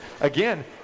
Again